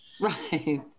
Right